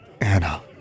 Anna